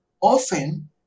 often